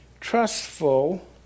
trustful